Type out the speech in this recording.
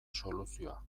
soluzioa